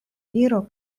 viro